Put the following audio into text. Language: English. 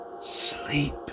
Sleep